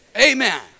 amen